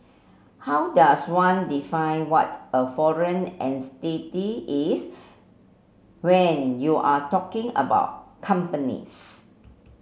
how does one define what a foreign entity is when you're talking about companies